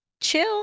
chill